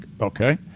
okay